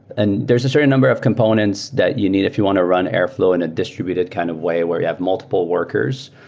and there's a certain number of components that you need if you want to run airflow in a distributed kind of way where you have multiple workers